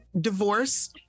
divorce